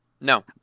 No